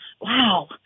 wow